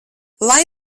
lai